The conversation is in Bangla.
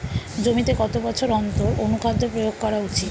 জমিতে কত বছর অন্তর অনুখাদ্য প্রয়োগ করা উচিৎ?